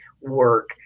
work